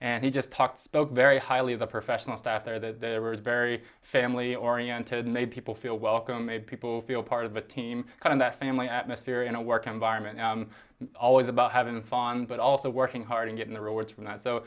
and he just talked spoke very highly of the professional staff there that was very family oriented and they had people feel welcome made people feel part of the team kind of that family atmosphere in a work environment always about having fun but also working hard and getting the rewards from